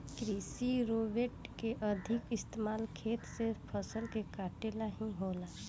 कृषि रोबोट के अधिका इस्तमाल खेत से फसल के काटे ला ही होला